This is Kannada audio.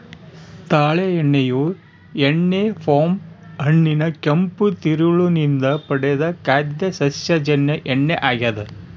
ತಾಳೆ ಎಣ್ಣೆಯು ಎಣ್ಣೆ ಪಾಮ್ ಹಣ್ಣಿನ ಕೆಂಪು ತಿರುಳು ನಿಂದ ಪಡೆದ ಖಾದ್ಯ ಸಸ್ಯಜನ್ಯ ಎಣ್ಣೆ ಆಗ್ಯದ